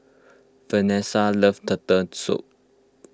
Vanesa loves Turtle Soup